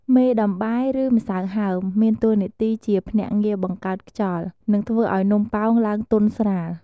មេដំបែឬ ម្សៅហើម មានតួនាទីជាភ្នាក់ងារបង្កើតខ្យល់ និងធ្វើឱ្យនំប៉ោងឡើងទន់ស្រាល។